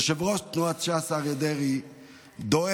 יושב-ראש תנועת ש"ס אריה דרעי דואג,